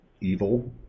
evil